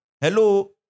Hello